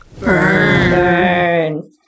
Burn